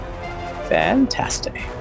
Fantastic